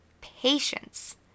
patience